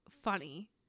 funny